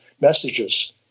messages